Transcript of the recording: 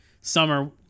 summer